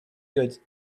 good